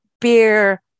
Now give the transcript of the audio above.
beer